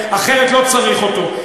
אחרת לא צריך אותו.